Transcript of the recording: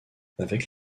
avec